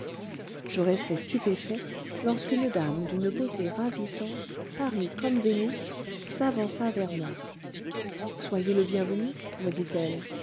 je restais stupéfait lorsqu'une dame d'une beauté ravissante parée comme vénus s'avança vers moi soyez le bien venu me dit-elle